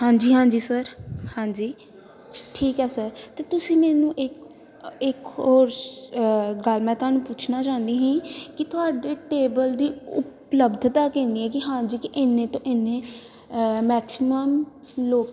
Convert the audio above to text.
ਹਾਂਜੀ ਹਾਂਜੀ ਸਰ ਹਾਂਜੀ ਠੀਕ ਹੈ ਸਰ ਅਤੇ ਤੁਸੀਂ ਮੈਨੂੰ ਇੱਕ ਇੱਕ ਹੋਰ ਗੱਲ ਮੈਂ ਤੁਹਾਨੂੰ ਪੁੱਛਣਾ ਚਾਹੁੰਦੀ ਸੀ ਕਿ ਤੁਹਾਡੇ ਟੇਬਲ ਦੀ ਉਪਲਬਧਤਾ ਕਿੰਨੀ ਹੈ ਕਿ ਹਾਂਜੀ ਕਿ ਇੰਨੇ ਤੋਂ ਇੰਨੇ ਮੈਕਸੀਮਮ ਲੋਕ